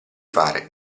fare